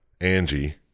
Angie